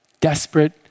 desperate